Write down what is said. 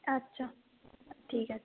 আচ্ছা ঠিক আছে